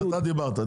אתה דיברת,